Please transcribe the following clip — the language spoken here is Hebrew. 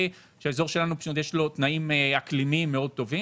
לאזור שלנו יש תנאים אקלימיים טובים